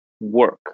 work